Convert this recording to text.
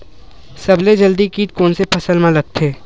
सबले जल्दी कीट कोन से फसल मा लगथे?